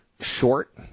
short